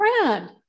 friend